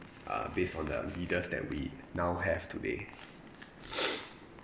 uh based on the leaders that we now have today